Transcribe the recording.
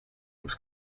was